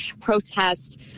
protest